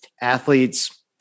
athletes